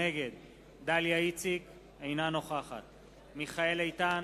נגד דליה איציק, אינה נוכחת מיכאל איתן,